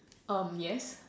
um yes